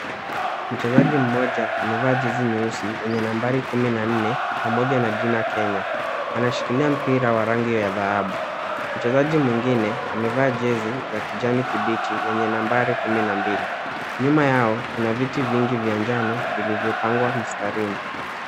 Mchezaji mmoja amevaa jezi nyeusi yenye nambari kumi na nne pamoja na jina Kenya. Anashikilia mpira wa rangi ya dhahabu. Mchazaji mwingine amevaa jezi ya kijani kibichi yenye nambari kumi na mbili, nyuma yao kuna viti vingi vya njano vilivyopangwa mtarini.